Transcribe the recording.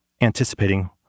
anticipating